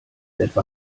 etwa